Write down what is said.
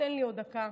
תן לי עוד דקה,